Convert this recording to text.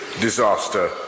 disaster